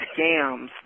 scams